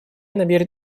намерен